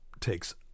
takes